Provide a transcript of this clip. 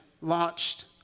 launched